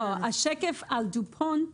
לא, השקף על דופונט